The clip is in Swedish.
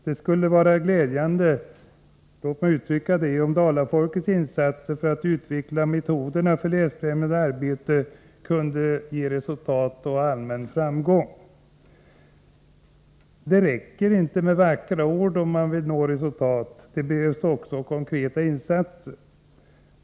Det skulle vara glädjande — låt mig uttrycka det så — om dalafolkets insatser för att utveckla metoderna för läsfrämjande arbete kunde ge resultat och allmän framgång. Det räcker inte med vackra ord om man vill nå resultat. Det behövs också konkreta insatser.